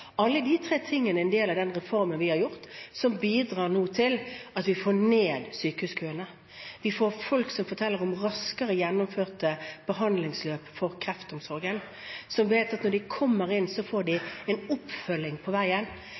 Alle de tre tingene er en del av den reformen vi har laget, som nå bidrar til at vi får ned sykehuskøene. Vi får folk som forteller om raskere gjennomførte behandlingsløp for kreftomsorgen, som vet at når de kommer inn, får de en oppfølging på veien.